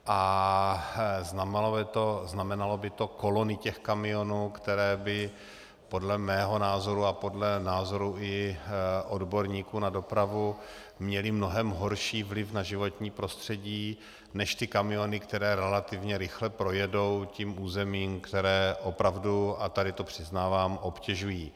A znamenalo by to kolony těch kamionů, které by podle mého názoru a podle názorů i odborníků na dopravu měly mnohem horší vliv na životní prostředí než ty kamiony, které relativně rychle projedou tím územím, které opravdu, a tady to přiznávám, obtěžují.